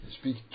speak